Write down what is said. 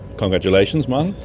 congratulations martin!